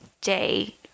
day